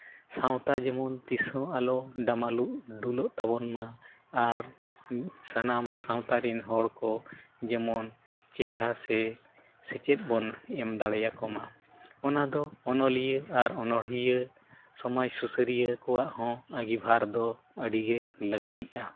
ᱥᱟᱶᱛᱟ ᱡᱮᱢᱚᱱ ᱛᱤᱥᱦᱚᱸ ᱟᱞᱚ ᱰᱟᱢᱟᱰᱳᱞᱚᱜ ᱛᱟᱵᱚᱱᱢᱟ ᱟᱨ ᱥᱟᱱᱟᱢ ᱥᱟᱶᱛᱟ ᱨᱮᱱ ᱦᱚᱲ ᱠᱚ ᱡᱮᱢᱚᱱ ᱪᱮᱸᱜᱷᱟ ᱥᱮ ᱥᱮᱪᱮᱫ ᱵᱚᱱ ᱮᱢ ᱫᱟᱲᱮ ᱟᱠᱚᱢᱟ ᱚᱱᱟᱫᱚ ᱚᱱᱚᱞᱤᱭᱟᱹ ᱟᱨ ᱚᱱᱚᱬᱦᱤᱭᱟᱹ ᱥᱚᱢᱟᱡᱽ ᱥᱩᱥᱟᱹᱨᱤᱭᱟ ᱠᱚᱣᱟᱜ ᱦᱚᱸ ᱟᱺᱜᱤᱵᱷᱟᱨ ᱫᱚ ᱟᱹᱰᱤᱜᱮ ᱞᱟᱹᱠᱛᱤᱜᱼᱟ